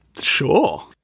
Sure